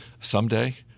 someday